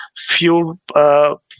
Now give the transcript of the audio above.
fuel